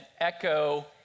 echo